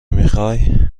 میخوای